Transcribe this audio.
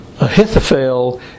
Ahithophel